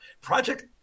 Project